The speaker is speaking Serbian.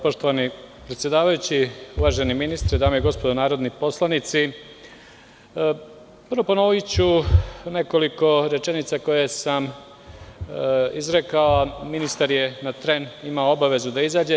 Poštovani predsedavajući, uvaženi ministe, dame i gospodo narodni poslanici, ponoviću nekoliko rečenica koje sam izrekao ministar je na tren imao obavezu da izađe.